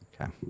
Okay